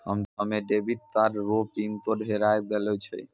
हमे debit card रो pin code हेराय गेलो छै